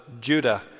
Judah